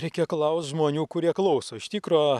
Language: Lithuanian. reikia klaust žmonių kurie klauso iš tikro